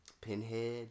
Pinhead